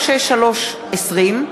פ/363/20,